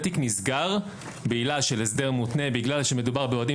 התיק נסגר בעילה של הסדר מותנה כיוון שמדובר באוהדים